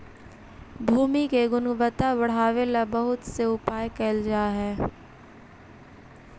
भूमि के गुणवत्ता बढ़ावे ला बहुत से उपाय कैल जा हई